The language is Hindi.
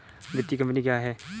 वित्तीय कम्पनी क्या है?